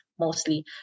Mostly